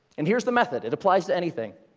and here's the method, it applies to anything